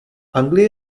anglie